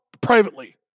privately